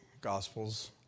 Gospels